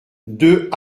deux